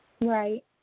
Right